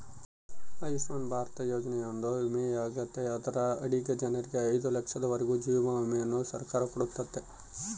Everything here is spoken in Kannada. ಆಯುಷ್ಮನ್ ಭಾರತ ಯೋಜನೆಯೊಂದು ವಿಮೆಯಾಗೆತೆ ಅದರ ಅಡಿಗ ಜನರಿಗೆ ಐದು ಲಕ್ಷದವರೆಗೂ ಜೀವ ವಿಮೆಯನ್ನ ಸರ್ಕಾರ ಕೊಡುತ್ತತೆ